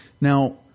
Now